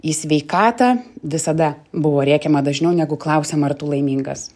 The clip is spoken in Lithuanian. į sveikatą visada buvo rėkiama dažniau negu klausiama ar tu laimingas